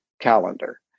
calendar